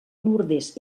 lourdes